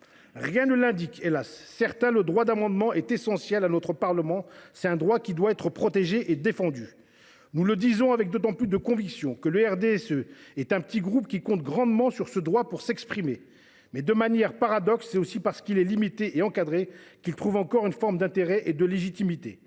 Rien ne l’indique, hélas ! Certes, le droit d’amendement est essentiel à notre Parlement. Ce droit doit être protégé et défendu. Nous le disons avec d’autant plus de conviction que le RDSE est un petit groupe, qui compte grandement sur ce droit pour s’exprimer. Mais, de manière paradoxale, c’est aussi parce qu’il est limité et encadré qu’il trouve encore une forme d’intérêt et de légitimité.